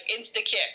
insta-kick